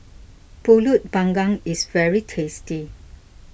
Pulut Panggang is very tasty